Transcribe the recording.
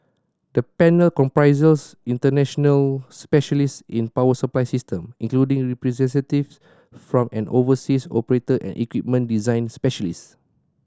the panel comprises international specialist in power supply system including representative from an overseas operator and equipment design specialists